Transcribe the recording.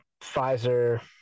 Pfizer